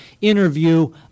interview